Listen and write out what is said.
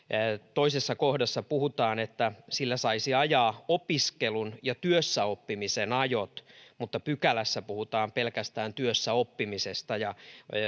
toisessa kohdassa puhutaan että sillä saisi ajaa opiskelun ja työssäoppimisen ajot mutta pykälässä puhutaan pelkästään työssäoppimisesta